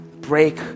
break